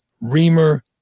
Reamer